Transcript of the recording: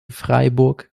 freiburg